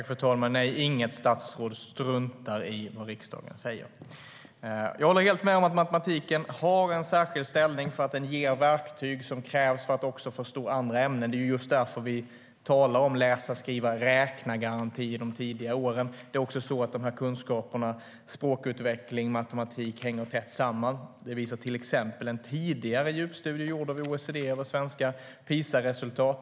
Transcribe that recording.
Fru talman! Nej, inget statsråd struntar i vad riksdagen säger. Jag håller helt med om att matematiken har en särskild ställning därför att den ger de verktyg som krävs för att förstå andra ämnen. Det just därför vi talar om läsa-skriva-räkna-garantin under de tidiga åren. Kunskaper inom språkutveckling och matematik hänger tätt samman. Det visar till exempel en tidigare djupstudie gjord av OECD över svenska PISA-resultat.